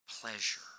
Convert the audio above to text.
pleasure